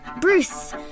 Bruce